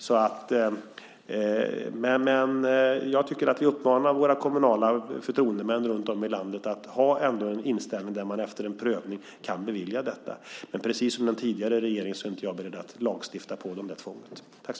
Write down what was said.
Jag tycker alltså att vi ska uppmana våra kommunala förtroendemän runt om i landet att ha inställningen att man efter en prövning kan bevilja detta. Men precis som den tidigare regeringen är jag inte beredd att lagstifta och göra detta till ett tvång.